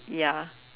ya